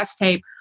tape